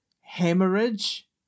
hemorrhage